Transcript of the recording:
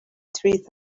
threat